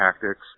tactics